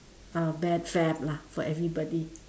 a bad fad lah for everybody